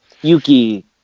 Yuki